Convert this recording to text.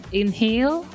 inhale